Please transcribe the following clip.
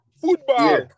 football